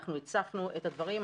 אנחנו הצפנו את הדברים.